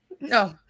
No